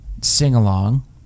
sing-along